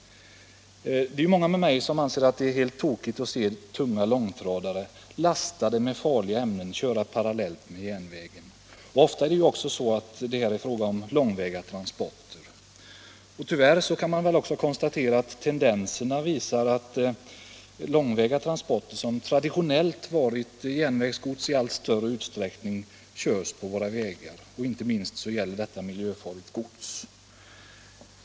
Det är många med mig som anser att det är helt tokigt att tunga långtradare, lastade med farliga ämnen, kör parallellt med järnvägen. Ofta är det också fråga om långväga transporter. Tyvärr kan man också konstatera att tendensen är att långväga transporter, som traditionellt gått på järnväg, i allt större utsträckning går på våra vägar. Detta gäller inte minst miljöfarligt gods.